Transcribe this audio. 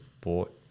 bought